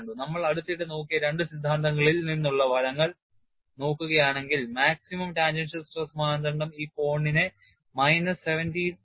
നമ്മൾ അടുത്തിടെ നോക്കിയ രണ്ട് സിദ്ധാന്തങ്ങളിൽ നിന്നുള്ള ഫലങ്ങൾ നോക്കുകയാണെങ്കിൽ maximum ടാൻജൻഷ്യൽ സ്ട്രെസ് മാനദണ്ഡം ഈ കോണിനെ മൈനസ് 70